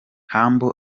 humble